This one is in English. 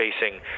facing